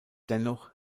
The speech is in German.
dennoch